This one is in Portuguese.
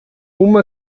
uma